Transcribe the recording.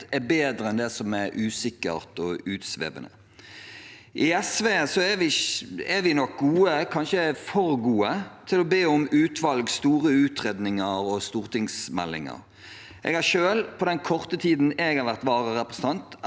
er bedre enn det som er usikkert og utsvevende. I SV er vi gode – kanskje for gode – til å be om utvalg, store utredninger og stortingsmeldinger. Jeg har selv i den korte tiden jeg har vært vararepresentant